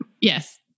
Yes